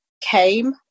came